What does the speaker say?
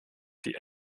die